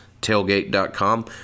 tailgate.com